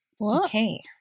Okay